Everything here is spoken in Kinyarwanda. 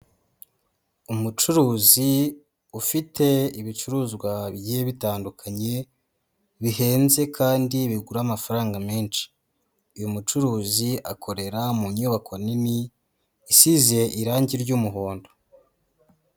Umucuruzi ufite ibicuruzwa bigiye bitandukanye, bihenze kandi bigura amafaranga menshi, uyu mucuruzi akorera mu nyubako nini, isize irangi ry'umuhondo.